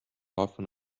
often